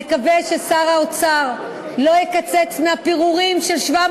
נקווה ששר האוצר לא יקצץ מהפירורים של 700